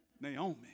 Naomi